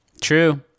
True